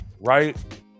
right